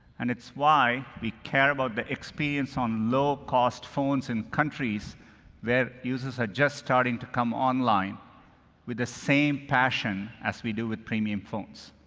and it's why we care about the experience on low cost phones in countries where users are just starting to come online with the same passion as we do with premium phones.